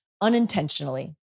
unintentionally